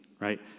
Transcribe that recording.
Right